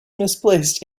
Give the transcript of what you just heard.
misplaced